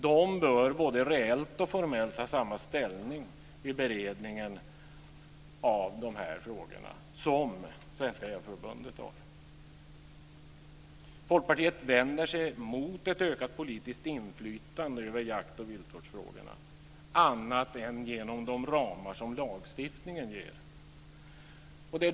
Dessa bör vid beredningen av dessa frågor både reellt och formellt ha samma ställning som Folkpartiet vänder sig emot ett ökat politiskt inflytande över jakt och viltvårdsfrågorna annat än genom de ramar som lagstiftningen ger.